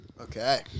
okay